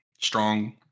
strong